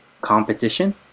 Competition